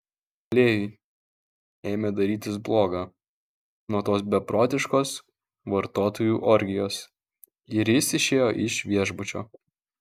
klėjui ėmė darytis bloga nuo tos beprotiškos vartotojų orgijos ir jis išėjo iš viešbučio